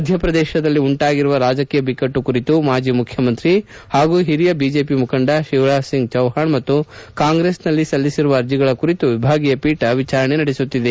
ಮಧ್ಯಪ್ರದೇಶದಲ್ಲಿ ಉಂಟಾಗಿರುವ ರಾಜಕೀಯ ಬಿಕ್ಕಟ್ಟು ಕುರಿತು ಮಾಜಿ ಮುಖ್ಯಮಂತ್ರಿ ಹಾಗೂ ಹಿರಿಯ ಬಿಜೆಪಿ ಮುಖಂಡ ತಿವರಾಜ್ ಸಿಂಗ್ ಚೌವ್ನಾಣ್ ಮತ್ತು ಕಾಂಗ್ರೆಸ್ ಸಲ್ಲಿಸಿರುವ ಅರ್ಜಿಗಳ ಕುರಿತು ವಿಭಾಗೀಯ ಪೀಠ ವಿಚಾರಣೆ ನಡೆಸುತ್ತಿದೆ